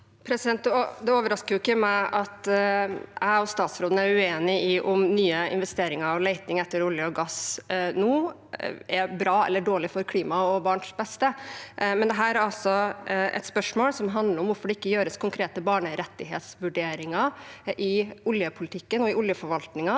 Det overrasker ikke meg at jeg og statsråden er uenig i om nye investeringer og leting etter olje og gass nå er bra eller dårlig for klimaet og barnets beste, men dette er altså et spørsmål som handler om hvorfor det ikke gjøres konkrete barnerettighetsvurderinger i oljepolitikken og i oljeforvaltningen,